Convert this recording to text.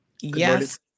Yes